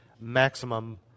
maximum